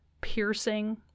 piercing